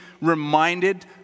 reminded